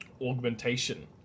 augmentation